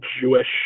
Jewish